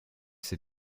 ses